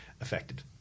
affected